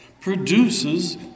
produces